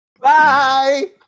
Bye